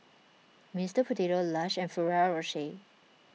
Mister Potato Lush and Ferrero Rocher